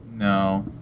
No